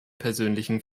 persönlichen